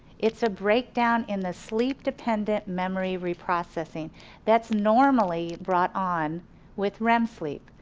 it's a break down in the sleep dependent memory reprocessing that's normally brought on with rem sleep.